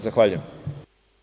Zahvaljujem.